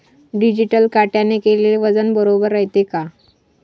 Digital काट्याने केलेल वजन बरोबर रायते का?